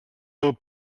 del